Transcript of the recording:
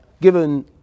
given